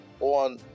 on